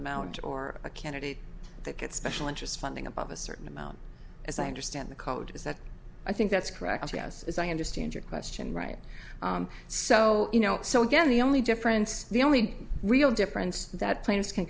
amount or a candidate that gets special interest funding above a certain amount as i understand the code is that i think that's correct yes as i understand your question right so you know so again the only difference the only real difference that players can